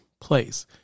place